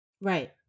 Right